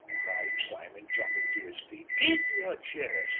cried simon, jumping to his feet. keep your chair, sir!